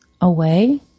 away